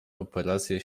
operację